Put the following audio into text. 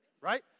right